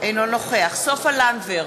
אינו נוכח סופה לנדבר,